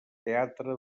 teatre